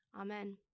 Amen